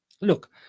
look